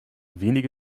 wenige